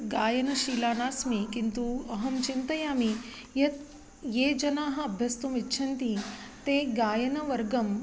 गायनशीला नास्मि किन्तु अहं चिन्तयामि यत् ये जनाः अभ्यस्तुम् इच्छन्ति ते गायनवर्गम्